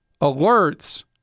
alerts